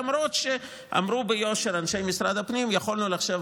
למרות שאמרו ביושר אנשי משרד הפנים: יכולנו לחשוב